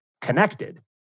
connected